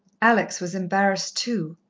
alex was embarrassed too,